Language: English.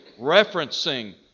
referencing